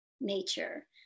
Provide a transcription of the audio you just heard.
nature